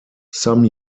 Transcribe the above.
some